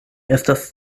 estas